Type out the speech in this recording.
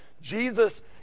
Jesus